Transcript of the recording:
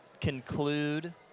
conclude